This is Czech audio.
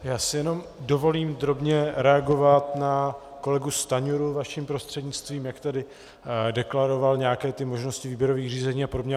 Já si jenom dovolím drobně reagovat na kolegu Stanjuru vaším prostřednictvím, jak tady deklaroval nějaké ty možnosti výběrových řízení a podobně.